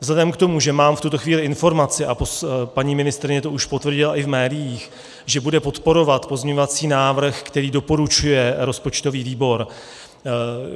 Vzhledem k tomu, že mám v tuto chvíli informaci, a paní ministryně to už potvrdila i v médiích, že bude podporovat pozměňovací návrh, který doporučuje rozpočtový výbor,